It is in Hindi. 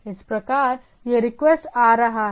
इस प्रकार यह रिक्वेस्ट आ रहा है